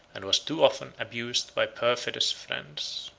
and was too often abused by perfidious friends.